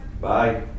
bye